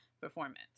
performance